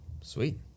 Sweet